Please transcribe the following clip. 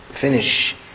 Finish